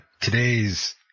today's